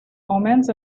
omens